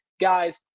guys